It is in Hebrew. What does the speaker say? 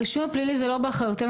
הרישום הפלילי הוא לא באחריותנו,